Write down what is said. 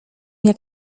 jak